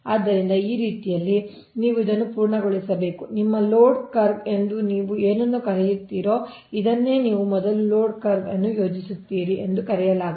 ಆದ್ದರಿಂದ ಈ ರೀತಿಯಲ್ಲಿ ನೀವು ಇದನ್ನು ಪೂರ್ಣಗೊಳಿಸಬೇಕು ನಿಮ್ಮ ಲೋಡ್ ಕರ್ವ್ ಎಂದು ನೀವು ಏನನ್ನು ಕರೆಯುತ್ತೀರೋ ಇದನ್ನೇ ನೀವು ಮೊದಲು ಲೋಡ್ ಕರ್ವ್ ಅನ್ನು ಯೋಜಿಸುತ್ತೀರಿ ಎಂದು ಕರೆಯಲಾಗುತ್ತದೆ